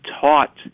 taught